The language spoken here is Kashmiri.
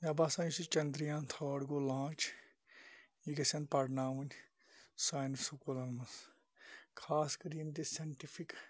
مےٚ باسان یُس یہِ چَنٛدریان تھٲڈ گوٚو لانچ یہِ گَژھِنۍ پَرناوٕنۍ سانہِ سکوٗلَن مَنٛز خاص کَر یِم تہِ ساینٹِفِک